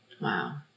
Wow